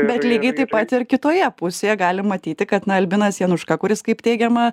bet lygiai taip pat ir kitoje pusėje galim matyti kad na albinas januška kuris kaip teigiama